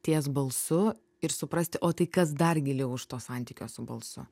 ties balsu ir suprasti o tai kas dar giliau už to santykio su balsu